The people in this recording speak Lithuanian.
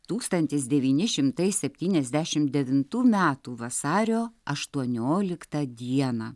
tūkstantis devyni šimtai septyniasdešimt devintų metų vasario aštuonioliktą dieną